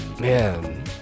man